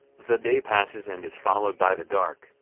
the day passes and is followed by the dark,